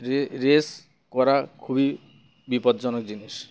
রে রেস করা খুবই বিপজ্জনক জিনিস